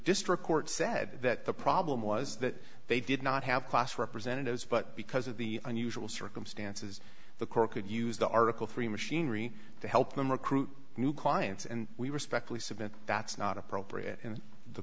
district court said that the problem was that they did not have class representatives but because of the unusual circumstances the court could use the article three machinery to help them recruit new clients and we respectfully submit that's not appropriate in the